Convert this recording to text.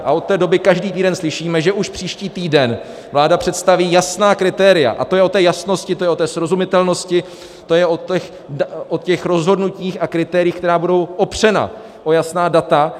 A od té doby každý týden slyšíme, že už příští týden vláda představí jasná kritéria, a to je o té jasnosti, to je o té srozumitelnosti, to je o těch rozhodnutích a kritériích, která budou opřena o jasná data.